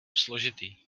složitý